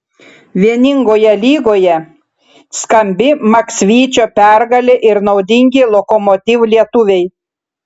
vieningoje lygoje skambi maksvyčio pergalė ir naudingi lokomotiv lietuviai